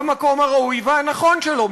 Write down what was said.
במקום הראוי והנכון שלו,